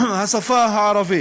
השפה הערבית.